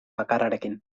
bakarrarekin